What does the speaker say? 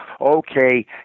Okay